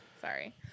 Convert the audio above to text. sorry